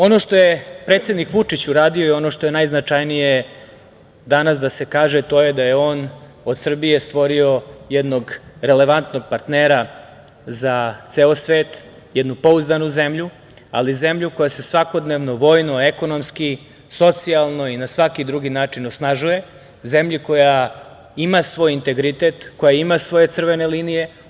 Ono što je predsednik Vučić uradio i ono što je najznačajnije danas da se kaže to je da je on od Srbije stvorio jednog relevantnog partnera za ceo svet, jednu pouzdanu zemlju, ali zemlju koja se svakodnevno vojno, ekonomski, socijalno i na svaki drugi način osnažuje, zemlju koja ima svoj integritet, koja ima svoje crvene linije.